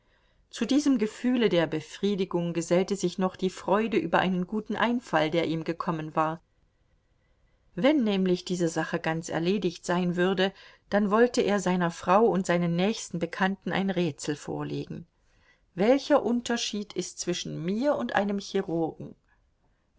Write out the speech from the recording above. zu diesem gefühle der befriedigung gesellte sich noch die freude über einen guten einfall der ihm gekommen war wenn nämlich diese sache ganz erledigt sein würde dann wollte er seiner frau und seinen nächsten bekannten ein rätsel vorlegen welcher unterschied ist zwischen mir und einem chirurgen